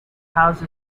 house